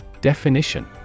Definition